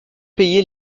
payer